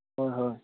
হয় হয়